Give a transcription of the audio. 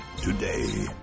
today